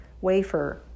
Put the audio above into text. wafer